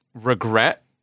regret